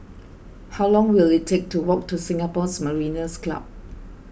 how long will it take to walk to Singapore Mariners' Club